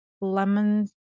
lemon